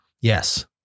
Yes